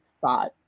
thought